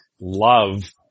love